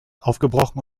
aufgebrochen